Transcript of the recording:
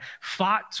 fought